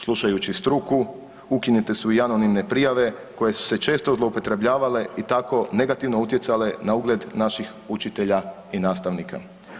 Slušajući struku ukinute su i anonimne prijave koje su se često zloupotrebljavale i tako negativno utjecale na ugled na naših učitelja i nastavnika.